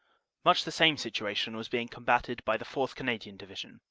luch the same situation was being combatted by the fourth. canadian division,